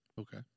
Okay